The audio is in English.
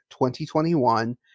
2021